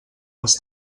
els